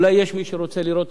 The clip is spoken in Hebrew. אולי יש מי שרוצה לראות